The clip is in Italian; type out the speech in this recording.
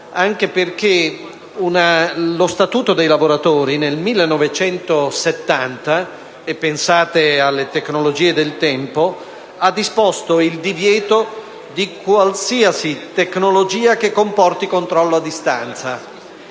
poco praticato. Lo Statuto dei lavoratori nel 1970 - e pensate alle tecnologie del tempo - ha disposto il divieto di qualsiasi tecnologia che comporti controllo a distanza.